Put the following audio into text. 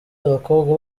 abakobwa